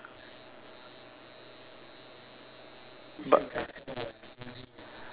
b~